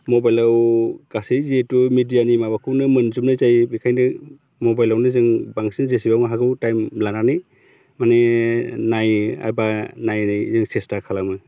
मबाइलाव गासै जिहेतु मिडियानि माबाखौनो मोनजोबनाय जायो बेखायनो मबाइलआवनो जों बांसिन जेसेबां हागौ टाइम लानानै माने नायबा नायनो जों सेस्था खालामो